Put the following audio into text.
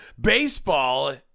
Baseball